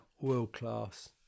world-class